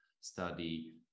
study